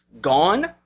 gone